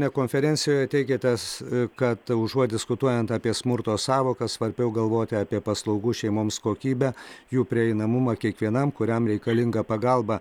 na konferencijoje teikiatės kad užuot diskutuojant apie smurto sąvoką svarbiau galvoti apie paslaugų šeimoms kokybę jų prieinamumą kiekvienam kuriam reikalinga pagalba